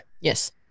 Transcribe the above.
Yes